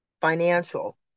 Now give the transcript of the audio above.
financial